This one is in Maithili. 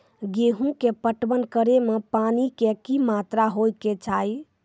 गेहूँ के पटवन करै मे पानी के कि मात्रा होय केचाही?